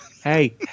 Hey